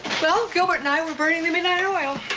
well, gilbert and i were burning the midnight oil.